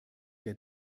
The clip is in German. der